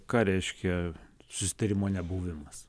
ką reiškia susitarimo nebuvimas